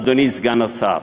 אדוני סגן השר.